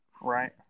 Right